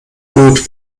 blut